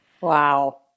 Wow